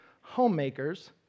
homemakers